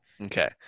Okay